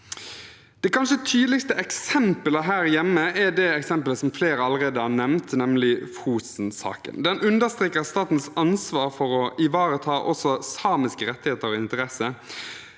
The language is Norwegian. Det kanskje tydeligste eksempelet her hjemme er det eksempelet flere allerede har nevnt, nemlig Fosensaken. Den understreker statens ansvar for å ivareta også samiske rettigheter og interesser.